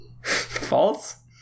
False